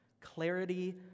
Clarity